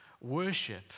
worship